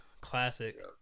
Classic